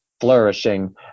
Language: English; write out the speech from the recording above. flourishing